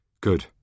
Good